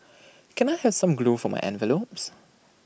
can I have some glue for my envelopes